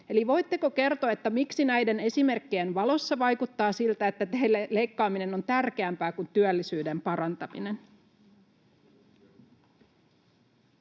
voitteko kertoa, miksi näiden esimerkkien valossa vaikuttaa siltä, että teille leikkaaminen on tärkeämpää kuin työllisyyden parantaminen.